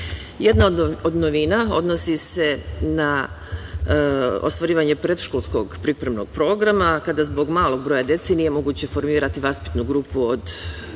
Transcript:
od novina odnosi se na ostvarivanje predškolskog pripremnog programa kada zbog malog broja dece nije moguće formirati vaspitnu grupu od